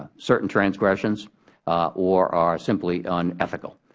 ah certain transgressions or are simply unethical.